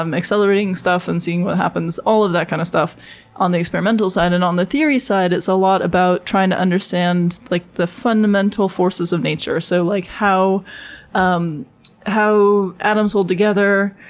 um accelerating stuff and seeing what happens, all of that kind of stuff on the experimental side. and on the theory side it's a lot about trying to understand like the fundamental forces of nature. so like how um how atoms hold together,